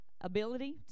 ability